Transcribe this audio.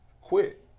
quit